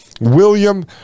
william